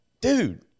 dude